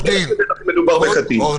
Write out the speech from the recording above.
לא.